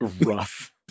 Rough